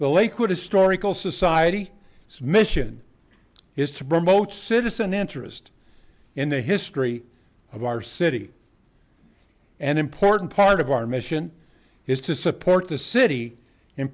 the lakewood historical society its mission is to promote citizen interest in the history of our city an important part of our mission is to support the city